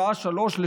בשעה 15:00,